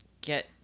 get